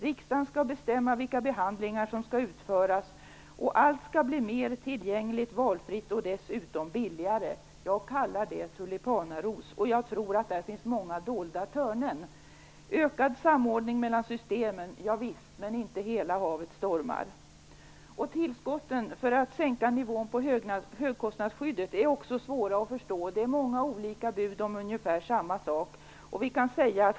Riksdagen skall bestämma vilka behandlingar som skall utföras, och allt skall bli mer tillgängligt, valfritt och dessutom billigare. Jag kallar det tulipanaros, och jag tror att det finns många dolda törnen. Visst skall vi ha ökad samordning mellan systemen, men inte hela havet stormar. Tillskotten för att sänka nivån på högskostnadsskyddet är också svåra att förstå. Det är många olika bud om ungefär samma sak.